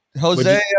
Jose